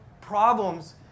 problems